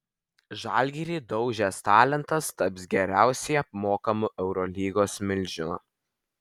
žalgirį daužęs talentas taps geriausiai apmokamu eurolygos milžinu